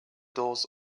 doors